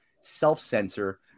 self-censor